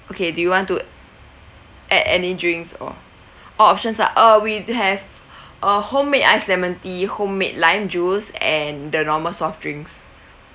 okay do you want to add any drinks or orh options ah uh we have a homemade ice lemon tea homemade lime juice and the normal soft drinks